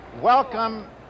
welcome